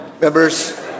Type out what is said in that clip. Members